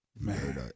Man